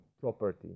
property